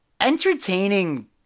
entertaining